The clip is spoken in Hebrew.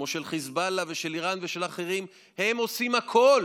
כמו של חיזבאללה ושל איראן ושל אחרים: הם עושים הכול